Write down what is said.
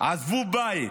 עזבו בית,